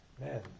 man